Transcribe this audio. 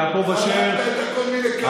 יעקב אשר,